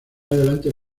adelante